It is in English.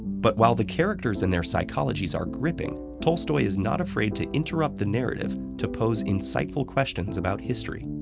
but while the characters and their psychologies are gripping, tolstoy is not afraid to interrupt the narrative to pose insightful questions about history.